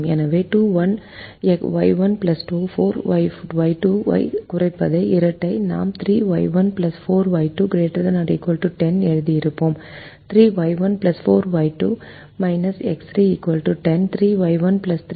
எனவே 21Y1 24Y2 ஐக் குறைப்பதே இரட்டை நாம் 3Y1 4Y2 ≥ 10 எழுதியிருப்போம் 3Y1 4Y2 X3 10 3Y1 3Y2 X4 9